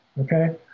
okay